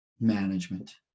management